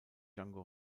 django